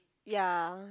ya